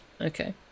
Okay